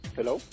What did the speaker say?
Hello